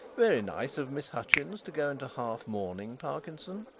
very nice of miss hutchins to go into half-mourning, parkinson,